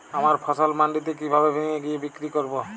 আমার ফসল মান্ডিতে কিভাবে নিয়ে গিয়ে বিক্রি করব?